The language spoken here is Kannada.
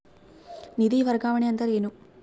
ನಿಧಿ ವರ್ಗಾವಣೆ ಅಂದರೆ ಏನು?